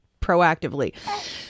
proactively